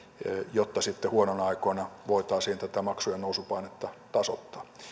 jotta sitten huonoina aikoina voitaisiin tätä maksujen nousupainetta tasoittaa